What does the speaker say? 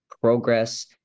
progress